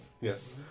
Yes